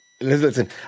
Listen